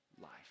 life